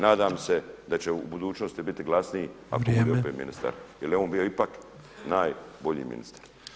Nadam se da će u budućnosti biti glasniji ako bude opet ministar [[Upadica predsjednik: Vrijeme.]] Jer je on bio ipak najbolji ministar.